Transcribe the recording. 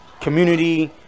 community